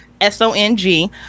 S-O-N-G